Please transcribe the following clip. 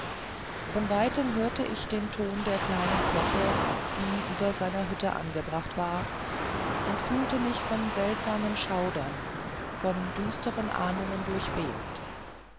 von weitem hörte ich den ton der kleinen glocke die über seiner hütte angebracht war und fühlte mich von seltsamen schauern von düsterer ahnung